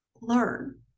Learn